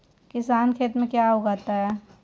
किसान खेत में क्या क्या उगाता है?